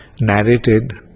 narrated